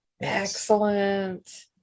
excellent